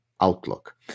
outlook